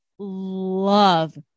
love